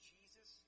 Jesus